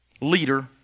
leader